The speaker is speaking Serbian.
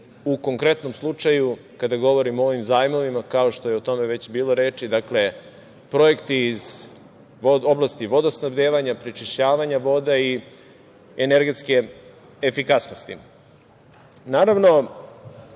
U konkretnom slučaju, kada govorimo o ovim zajmovima, kao što je o tome već bilo reči, projekti iz oblasti vodosnabdevanja, prečišćavanja voda i energetske efikasnosti. Naravno